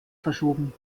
verschoben